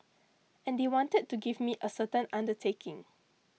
and they wanted to me to give a certain undertaking